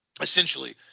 essentially